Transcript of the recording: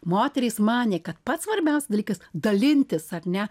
moterys manė kad pats svarbiausias dalykas dalintis ar ne